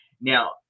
Now